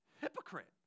hypocrite